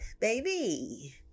baby